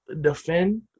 defend